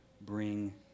bring